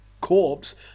corpse